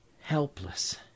helpless